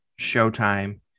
Showtime